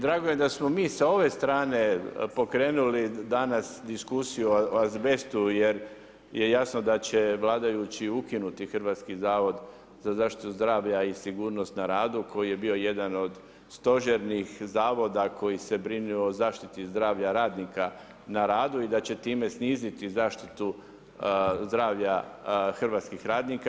Da mislim da ovo i drago je da smo mi sa ove strane pokrenuli danas diskusiju o azbestu jer je jasno da će vladajući ukinuti Hrvatski zavod za zaštitu zdravlja i sigurnost na radu koji je bio jedan od stožernih Zavoda koji se brinuo o zaštiti zdravlja radnika na radu, i da će time sniziti zaštitu zdravlja Hrvatskih radnika.